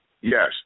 Yes